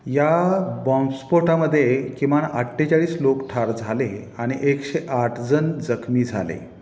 या बॉम्बस्पोटामध्ये किमान अठ्ठेचाळीस लोक ठार झाले आणि एकशे आठ जण जखमी झाले